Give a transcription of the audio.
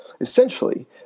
Essentially